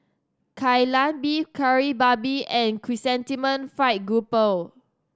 Kai Lan Beef Kari Babi and Chrysanthemum Fried Grouper